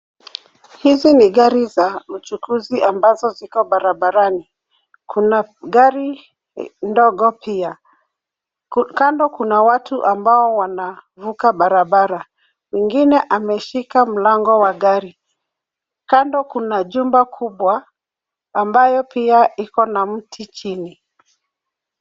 Hizi ni gari za uchukuzi ambazo ziko barabarani. Kuna gari ndogo pia. Kando kuna watu ambao wanavuka barabara mwingine ameshika mlango wa gari. Kando kuna jumba kubwa ambayo pia iko na mti chini.